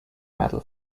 metal